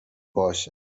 باشه